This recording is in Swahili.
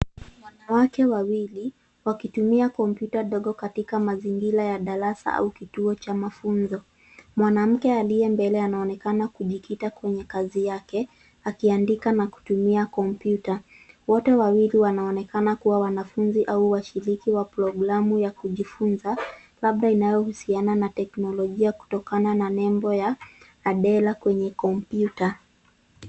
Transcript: Wanawake wawili, wakitumia kompyuta ndogo katika mazingira ya darasa au kituo cha mafunzo. Mwanamke aliye mbele anaonekana kujikita kwenye kazi yake, akiandika na kutumia kompyuta. Wote wawili wanaonekana kuwa wanafunzi au washiriki wa programu ya kujifunza, labda inayohusiana na teknolojia kutokana na nembo ya Adela kwenye kompyuta.